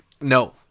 No